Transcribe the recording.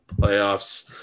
playoffs